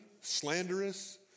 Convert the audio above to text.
slanderous